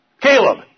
Caleb